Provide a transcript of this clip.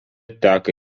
teka